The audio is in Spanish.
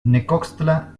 necoxtla